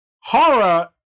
Hara